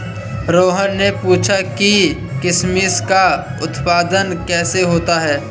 रोहन ने पूछा कि किशमिश का उत्पादन कैसे होता है?